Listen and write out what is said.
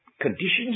conditions